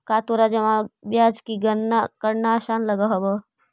का तोरा जमा ब्याज की गणना करना आसान लगअ हवअ